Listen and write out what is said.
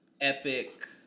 epic